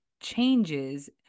changes